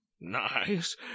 nice